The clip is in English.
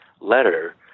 letter